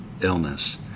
illness